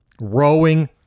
rowing